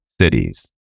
cities